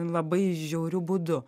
labai žiauriu būdu